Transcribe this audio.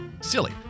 Silly